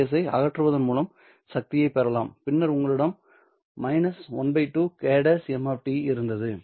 எஸ்ஸை அகற்றுவதன் மூலம் சக்தியைப் பெறலாம் பின்னர் உங்களிடம் 12 Kˈ m இருந்தது